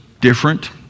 different